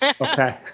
Okay